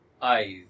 eyes